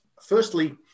firstly